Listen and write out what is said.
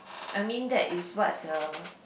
I mean that is what the